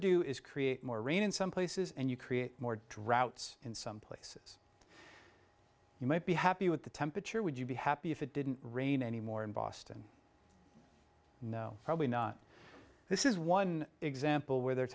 do is create more rain in some places and you create more droughts in some place you might be happy with the temperature would you be happy if it didn't rain any more in boston no probably not this is one example where they're